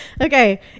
okay